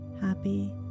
happy